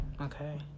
Okay